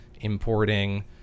importing